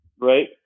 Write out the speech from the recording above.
Right